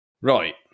Right